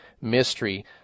mystery